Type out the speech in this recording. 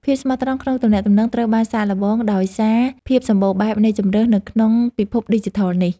ភាពស្មោះត្រង់ក្នុងទំនាក់ទំនងត្រូវបានសាកល្បងដោយសារភាពសម្បូរបែបនៃជម្រើសនៅក្នុងពិភពឌីជីថលនេះ។